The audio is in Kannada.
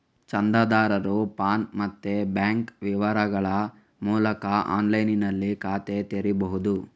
ಚಂದಾದಾರರು ಪಾನ್ ಮತ್ತೆ ಬ್ಯಾಂಕ್ ವಿವರಗಳ ಮೂಲಕ ಆನ್ಲೈನಿನಲ್ಲಿ ಖಾತೆ ತೆರೀಬಹುದು